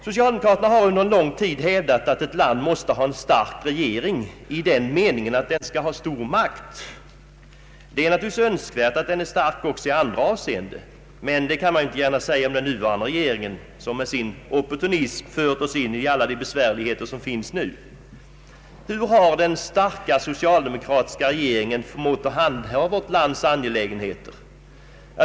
Socialdemokraterna har under lång tid hävdat att ett land måste ha en stark regering i den meningen att den skall ha stor makt. Det är naturligtvis önskvärt att den är stark också i andra avseenden, men det kan man ju inte gärna säga om den nuvarande regeringen, som med sin opportunism fört oss in i alla de besvärligheter som nu finns. Hur har den ”starka socialdemokratiska regeringen” förmått handha vårt lands angelägenheter?